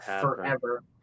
forever